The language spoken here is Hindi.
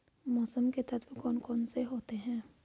मौसम के तत्व कौन कौन से होते हैं?